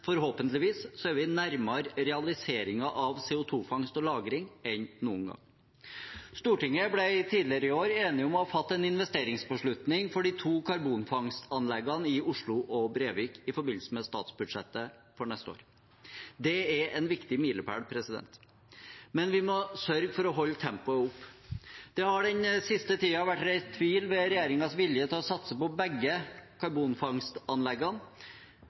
er vi nærmere realiseringen av CO 2 -fangst og -lagring enn noen gang. Stortinget ble tidligere i år enige om å ha tatt en investeringsbeslutning for de to karbonfangstanleggene, i Oslo og Brevik, i forbindelse med statsbudsjettet for neste år. Det er en viktig milepæl, men vi må sørge for å holde tempoet oppe. I den siste tiden har det vært reist tvil om regjeringens vilje å til å satse på begge karbonfangstanleggene.